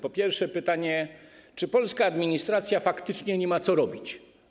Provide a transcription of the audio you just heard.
Po pierwsze, czy polska administracja faktycznie nie ma co robić?